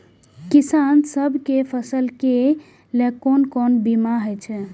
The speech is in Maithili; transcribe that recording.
किसान सब के फसल के लेल कोन कोन बीमा हे छे?